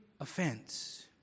offense